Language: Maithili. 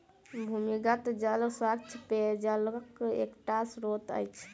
भूमिगत जल स्वच्छ पेयजलक एकटा स्त्रोत अछि